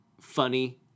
funny